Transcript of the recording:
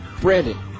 Brandon